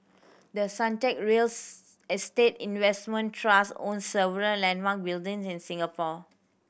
the Suntec real estate investment trust owns several landmark building in Singapore